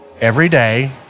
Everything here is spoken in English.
everyday